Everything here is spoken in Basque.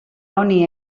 honi